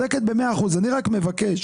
אני רק מבקש